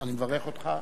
אני מברך אותך.